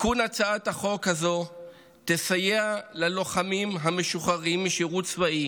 התיקון בהצעת החוק הזאת יסייע ללוחמים המשוחררים משירות צבאי